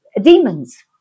demons